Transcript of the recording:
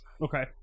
Okay